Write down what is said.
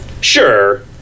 Sure